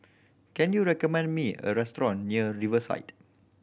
can you recommend me a restaurant near Riverside